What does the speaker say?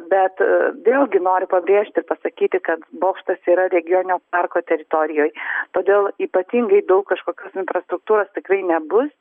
bet vėlgi noriu pabrėžti ir pasakyti kad bokštas yra regioninio parko teritorijoj todėl ypatingai daug kažkokios infrastruktūros tikrai nebus